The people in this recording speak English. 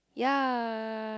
ya